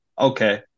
okay